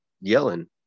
yelling